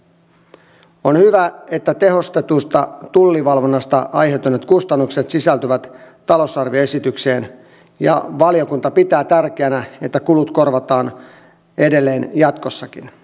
tämä on totta kai ten t verkon kannalta aivan keskeistä ja se että kulut korvataan edelleen jatkossakin